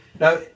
now